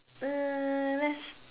um let's